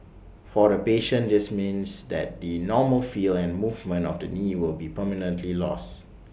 for the patient this means that the normal feel and movement of the knee will be permanently lost